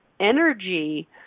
energy